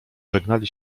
żegnali